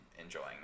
enjoying